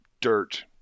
dirt